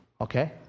Okay